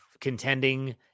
contending